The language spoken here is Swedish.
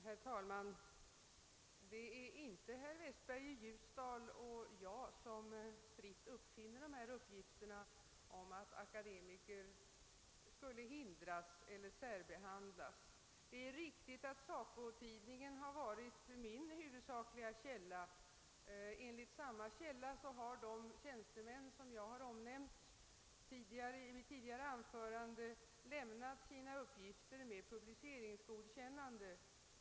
Herr talman! Det är inte herr Westberg i Ljusdal och jag som fritt uppfinner dessa uppgifter om att akademiker skulle hindras eller särbehandhtas. Det är riktigt att SACO-tidningen har varit min huvudsakliga källa. Enligt samma källa har de tjänstemän som jag omnämnde i mitt tidigare anförande lämnat sina uppgifter med publiceringsgodkännande.